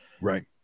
right